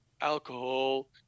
alcohol